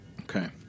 Okay